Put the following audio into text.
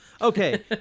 Okay